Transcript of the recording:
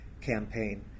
campaign